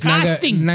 Casting